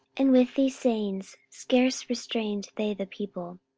and with these sayings scarce restrained they the people,